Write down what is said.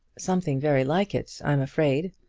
something very like it, i'm afraid.